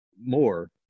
more